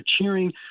cheering